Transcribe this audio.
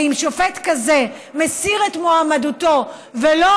ואם שופט כזה מסיר את מועמדותו ולא